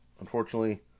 Unfortunately